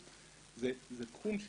תיאטרון,